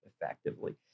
effectively